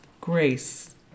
grace